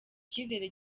icyizere